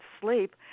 sleep